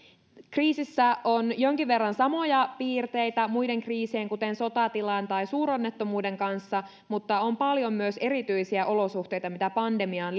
kriisissä on jonkin verran samoja piirteitä muiden kriisien kuten sotatilan tai suuronnettomuuden kanssa mutta on paljon myös erityisiä olosuhteita mitä pandemiaan